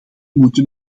moeten